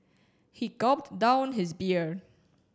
he gulped down his beer